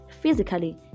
physically